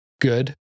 good